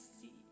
see